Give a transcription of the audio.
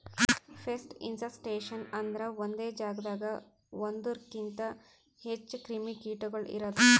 pest infestations ಅಂದುರ್ ಒಂದೆ ಜಾಗದಾಗ್ ಒಂದೂರುಕಿಂತ್ ಹೆಚ್ಚ ಕ್ರಿಮಿ ಕೀಟಗೊಳ್ ಇರದು